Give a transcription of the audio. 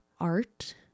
art